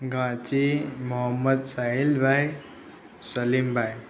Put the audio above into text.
ઘાંચી મોહંમદ સાહિલભાઈ સલિમભાઈ